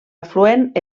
afluent